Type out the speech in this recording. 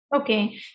okay